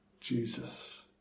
Jesus